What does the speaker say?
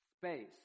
space